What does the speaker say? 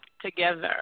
together